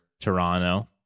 Toronto